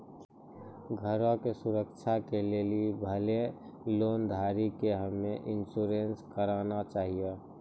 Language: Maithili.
घरो के सुरक्षा के लेली सभ्भे लोन धारी के होम इंश्योरेंस कराना छाहियो